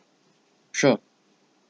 sure